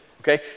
okay